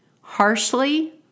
Harshly